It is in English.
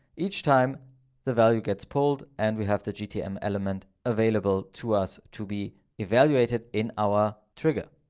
each time the value gets pulled. and we have the gtm element available to us to be evaluated in our trigger.